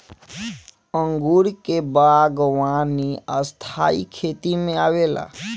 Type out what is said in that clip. अंगूर के बागवानी स्थाई खेती में आवेला